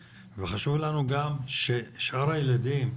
אבל חשוב לנו גם ששאר הילדים,